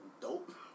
dope